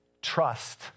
Trust